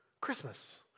Christmas